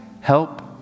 help